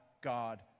God